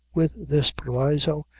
with this proviso,